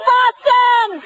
Boston